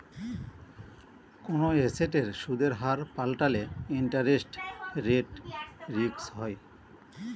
কোনো এসেটের সুদের হার পাল্টালে ইন্টারেস্ট রেট রিস্ক হয়